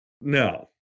No